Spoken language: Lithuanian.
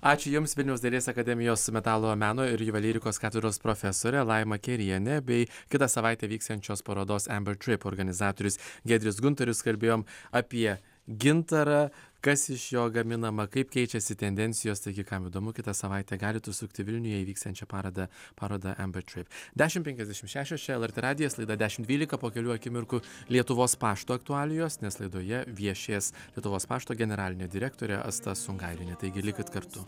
ačiū jums vilniaus dailės akademijos metalo meno ir juvelyrikos katedros profesorė laima kėrienė bei kitą savaitę vyksiančios parodos ember trip organizatorius giedrius guntorius kalbėjome apie gintarą kas iš jo gaminama kaip keičiasi tendencijos taigi kam įdomu kitą savaitę galit užsukti vilniuje vyksiančią parodą parodą ember trip dešim penkiasdešimt šešios lrt radijo laida dešim dvylika po kelių akimirkų lietuvos pašto aktualijos nes laidoje viešės lietuvos pašto generalinė direktorė asta sungailienė taigi likit kartu